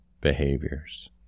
behaviors